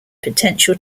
potential